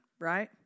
right